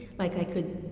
like i could,